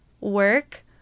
work